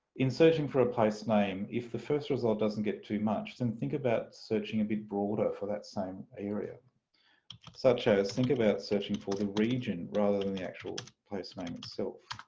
in searching for a placename if the first result doesn't get too much then think about searching a bit broader for that same area such as think about searching for the region rather than the actual placename itself.